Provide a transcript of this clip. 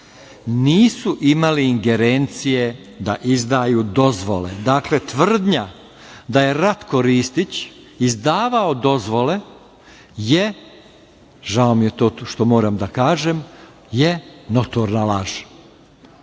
Nisu imali ingerencije da izdaju dozvole. Dakle, tvrdnja da je Ratko Ristić izdavao dozvole je, žao mi je što to moram da kažem, notorna laž.